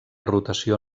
rotació